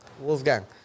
Wolfgang